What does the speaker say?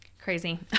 crazy